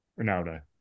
Ronaldo